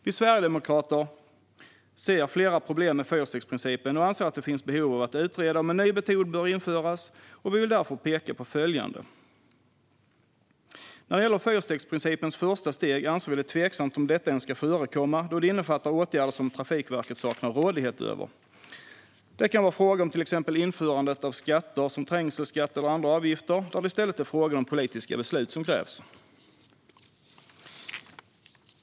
Vi sverigedemokrater ser flera problem med fyrstegsprincipen och anser att det finns behov av att utreda om en ny metod bör införas, och vi vill därför peka på följande. När det gäller fyrstegsprincipens första steg anser vi att det är tveksamt om detta ens ska förekomma, då det innefattar åtgärder som Trafikverket saknar rådighet över. Det kan handla om frågor som till exempel införandet av skatter, som trängselskatt, eller andra avgifter. Där krävs i stället politiska beslut.